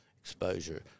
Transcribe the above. exposure